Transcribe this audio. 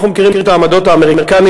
אנחנו מכירים את העמדות האמריקניות,